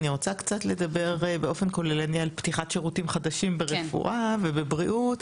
אני רוצה לדבר קצת באופן כללי על פתיחת שירותים חדשים ברפואה ובבריאות,